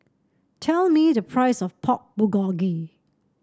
tell me the price of Pork Bulgogi